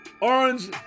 orange